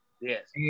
yes